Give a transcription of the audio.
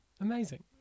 Amazing